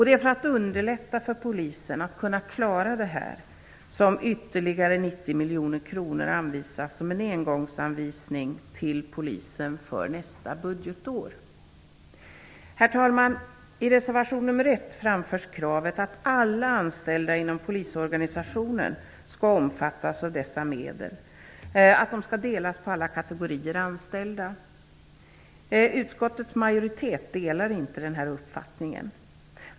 Det är för att underlätta för Polisen att klara det här som för nästa budgetår ytterligare 90 miljoner kronor anvisas som en engångssumma till Polisen. Herr talman! I reservation nr 1 framförs kravet att alla anställda inom polisorganisationen skall omfattas av dessa medel, att de skall delas på alla kategorier anställda. Utskottets majoritet delar inte den uppfattningen.